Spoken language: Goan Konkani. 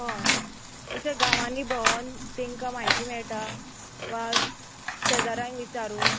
हय अशे गांवांनी भोंवून तांकां म्हायती मेळटा वा शेजाऱ्यांक विचारून